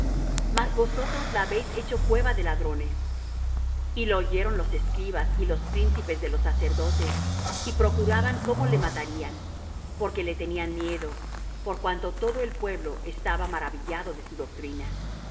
mas vosotros la habéis hecho cueva de ladrones y lo oyeron los escribas y los príncipes de los sacerdotes y procuraban cómo le matarían porque le tenían miedo por cuanto todo el pueblo estaba maravillado de su doctrina